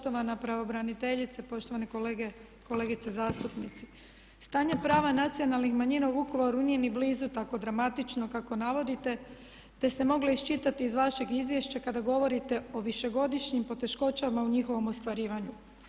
Poštovana pravobraniteljice, poštovani kolege i kolegice zastupnici stanje prava nacionalnih manjina u Vukovaru nije ni blizu tako dramatično kako navodite, te ste mogli iščitati iz vašeg izvješća kada govorite o višegodišnjim poteškoćama u njihovom ostvarivanju.